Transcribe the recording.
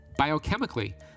Biochemically